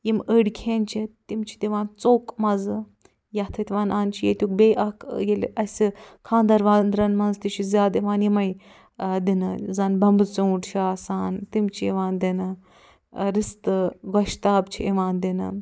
یِم ٲڑۍ کھٮ۪ن چھِ تِم چھِ دِوان ژوٚک مَزٕ یَتھ ییٚتہِ وَنان چھِ ییٛتُک بیٚیہِ اکھ ییٚلہِ اَسہِ خانٛدرن وانٛدرن منٛز تہِ چھُ زیادٕ یِوان یِمَے دِنہٕ زن بمبہٕ ژوٗنٛٹھ چھُ آسان تِم چھِ یِوان دِنہٕ رِستہٕ گوشتاب چھِ یِوان دِنہٕ